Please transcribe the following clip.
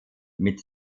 mit